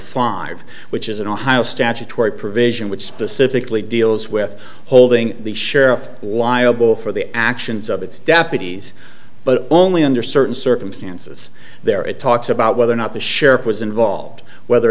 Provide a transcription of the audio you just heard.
five which is an ohio statutory provision which specifically deals with holding the sheriff liable for the actions of its deputies but only under certain circumstances there it talks about whether or not the sheriff was involved whether or